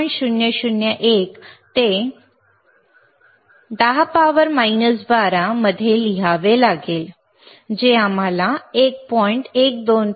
001 ते 10 12 मध्ये लिहावे लागेल जे आम्हाला 1